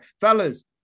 Fellas